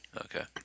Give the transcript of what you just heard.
Okay